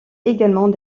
également